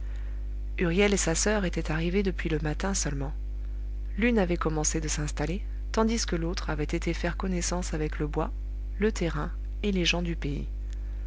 huriel et sa soeur étaient arrivés depuis le matin seulement l'une avait commencé de s'installer tandis que l'autre avait été faire connaissance avec le bois le terrain et les gens du pays